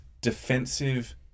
defensive